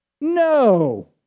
No